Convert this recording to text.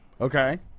Okay